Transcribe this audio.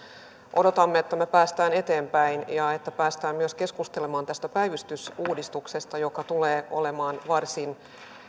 odotamme että me pääsemme eteenpäin ja pääsemme keskustelemaan myös tästä päivystysuudistuksesta joka tulee olemaan varsin